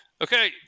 Okay